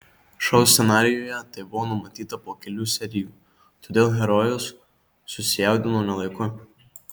šou scenarijuje tai buvo numatyta po kelių serijų todėl herojus susijaudino ne laiku